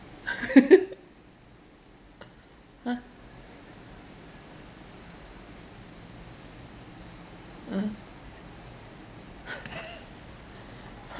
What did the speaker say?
!huh! (uh huh)